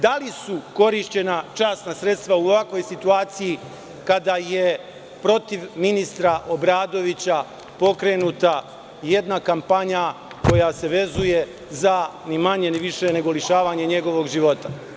Da li su korišćena časna sredstva u ovakvoj situaciji, kada je protiv ministra Obradovića pokrenuta jedna kampanja koja se vezuje za ni manje, ni više, nego lišavanje njegovog života?